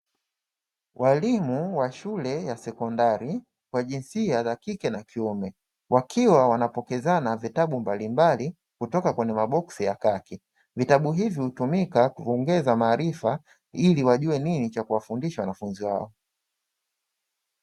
Walimu wa shule ya sekondari, kwa jinsia za kike na kiume wakiwa wanapokezana vitabu mbalimbali, kutoka kwenye maboksi ya kaki, vitabu hivyo hutumika kuongeza maarifa, ili wajue nini cha kuwafundishwa wanafunzi wao.